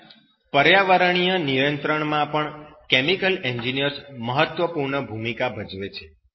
ઉપરાંત પર્યાવરણીય નિયંત્રણ માં પણ કેમિકલ એન્જિનિયર્સ મહત્વપૂર્ણ ભૂમિકા ભજવે છે